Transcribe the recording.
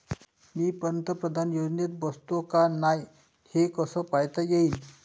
मी पंतप्रधान योजनेत बसतो का नाय, हे कस पायता येईन?